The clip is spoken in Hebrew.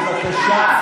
הצבעה.